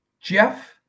Jeff